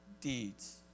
Deeds